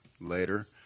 later